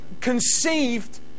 conceived